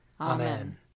Amen